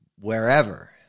wherever